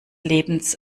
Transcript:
lebens